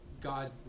God